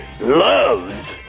Loves